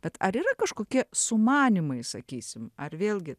bet ar yra kažkokie sumanymai sakysim ar vėlgi